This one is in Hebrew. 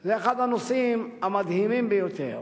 זה אחד הנושאים המדהימים ביותר